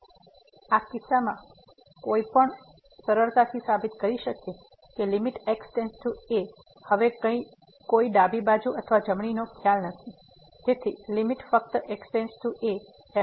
તેથી આ કિસ્સામાં પણ કોઈ પણ સરળતાથી તે સાબિત કરી શકે છે કે લીમીટ x → a હવે અહીં કોઈ ડાબી અથવા જમણી નો ખ્યાલ નથી